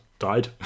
died